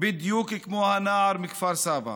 בדיוק כמו הנער מכפר סבא,